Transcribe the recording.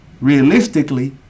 realistically